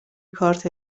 کارت